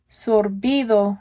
sorbido